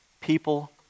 People